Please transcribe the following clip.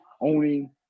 owning